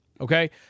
Okay